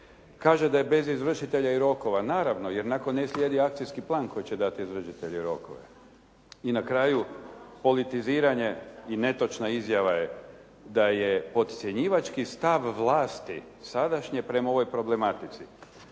Kaže da je bez izvršitelja i rokova. Naravno, jer ako ne slijedi akcijski plan koji će dati izvršitelja rokova. I na kraju politiziranje i netočna izjava je da je podcjenjivački stav vlasti sadašnje prema ovoj problematici.